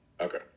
Okay